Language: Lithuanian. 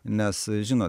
nes žinot